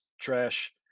trash